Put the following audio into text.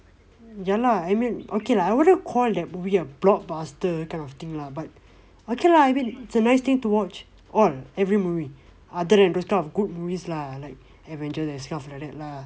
ya lah I mean okay lah I wouldn't call that movie a blockbuster kind of thing lah but okay lah I think it's a nice thing to watch all every movie other than those kind of good movies lah like adventure and stuff like that lah